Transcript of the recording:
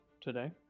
today